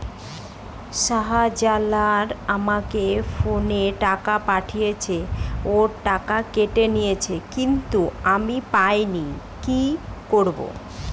শাহ্জালাল আমাকে ফোনে টাকা পাঠিয়েছে, ওর টাকা কেটে নিয়েছে কিন্তু আমি পাইনি, কি করব?